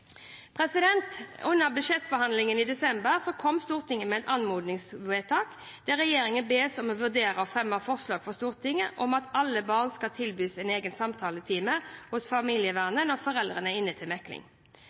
Under budsjettbehandlingen i desember kom Stortinget med et anmodningsvedtak der regjeringen bes om å vurdere å fremme forslag for Stortinget om at alle barn skal tilbys en egen samtaletime hos familievernet når foreldrene er inne til mekling.